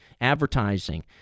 advertising